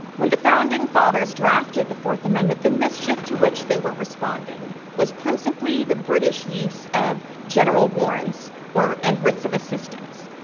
when the founding fathers drafted the fourth amendment, the mischief to which they were responding was principally the british use of general warra nts and writs of assistance.